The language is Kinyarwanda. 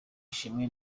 ashimwe